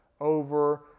over